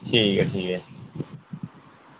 ठीक ऐ ठीक ऐ